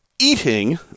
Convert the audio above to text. eating